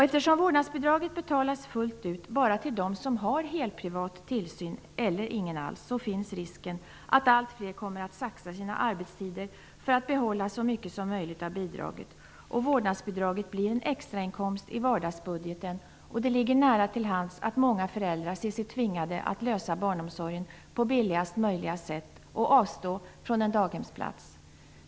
Eftersom vårdnadsbidraget betalas fullt ut bara till dem som har helprivat tillsyn eller ingen alls finns det risk för att allt fler kommer att ''saxa'' sina arbetstider för att behålla så mycket som möjligt av bidraget. Vårdnadsbidraget blir en extrainkomst i vardagsbudgeten, och det ligger nära till hands att många föräldrar ser sig tvingade att lösa barnomsorgen på billigast möjliga sätt och avstå från en daghemsplats.